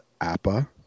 Appa